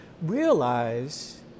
realize